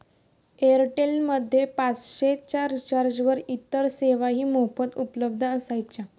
Airtel मध्ये पाचशे च्या रिचार्जवर इतर सेवाही मोफत उपलब्ध असायच्या